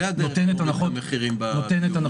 זאת הדרך להוריד את המחירים בדיור,